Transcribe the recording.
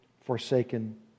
forsaken